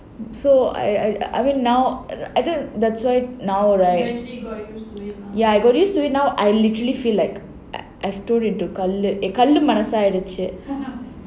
so I I I mean now that's why now right ya I got used to it now I literally feel like I கல்லு மனசாயிடுச்சு:kallu manasayiduchu